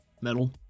metal